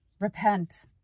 Repent